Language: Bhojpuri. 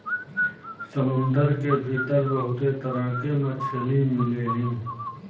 समुंदर के भीतर बहुते तरह के मछली मिलेलीन